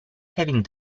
having